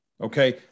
okay